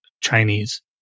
chinese